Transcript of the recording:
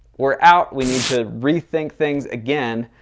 we're out. we need to rethink things again.